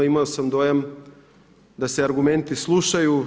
Imao sam dojam da se argumenti slušaju.